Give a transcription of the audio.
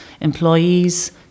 Employees